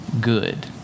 good